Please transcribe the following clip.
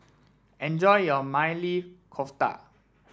enjoy your Maili Kofta